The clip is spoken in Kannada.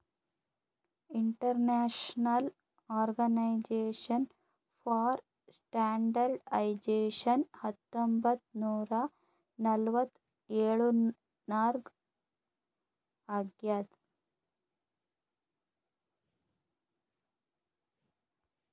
ಇಂಟರ್ನ್ಯಾಷನಲ್ ಆರ್ಗನೈಜೇಷನ್ ಫಾರ್ ಸ್ಟ್ಯಾಂಡರ್ಡ್ಐಜೇಷನ್ ಹತ್ತೊಂಬತ್ ನೂರಾ ನಲ್ವತ್ತ್ ಎಳುರ್ನಾಗ್ ಆಗ್ಯಾದ್